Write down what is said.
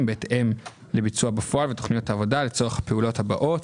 בהתאם לביצוע בפועל ותכניות העבודה לצורך הפעולות הבאות: